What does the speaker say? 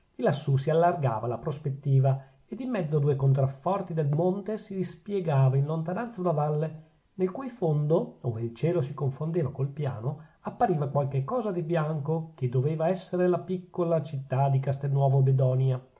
lassù si allargava la prospettiva e in mezzo a due contrafforti del monte si spiegava in lontananza una valle nel cui fondo ove il cielo si confondeva col piano appariva qualche cosa di bianco che doveva essere la piccola città di castelnuovo bedonia